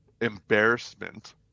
embarrassment